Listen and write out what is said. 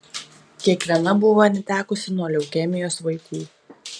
kiekviena buvo netekusi nuo leukemijos vaikų